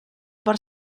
per